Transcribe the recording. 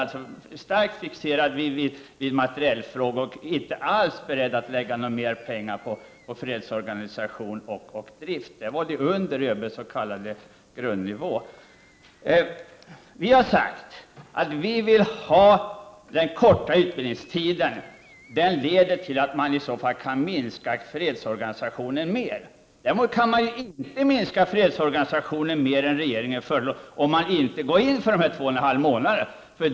Denna representant var starkt fixerad vid materielfrågor och inte alls beredd att lägga mer pengar på fredsorganisation och drift. Då låg man under ÖB:s s.k. grundnivå. Vi i folkpartiet har sagt att vi vill ha den korta utbildningstiden. Den leder till att fredsorganisationen kan minskas mer. Däremot kan fredsorganisationen inte minskas mer än regeringen föreslår om man inte går in för två och en halv månader.